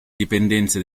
dipendenze